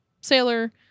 sailor